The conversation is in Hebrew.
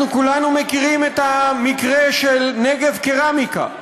אנחנו כולנו מכירים את המקרה של נגב קרמיקה,